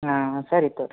ಹಾಂ ಸರಿ ತಗೋರಿ